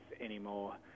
anymore